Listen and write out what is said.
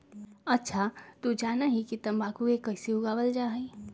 अच्छा तू जाना हीं कि तंबाकू के कैसे उगावल जा हई?